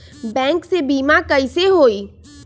Bank से बिमा कईसे होई?